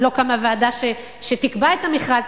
עוד לא קמה ועדה שתקבע את המכרז.